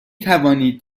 توانید